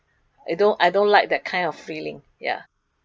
I don't I don't like that kind of feeling ya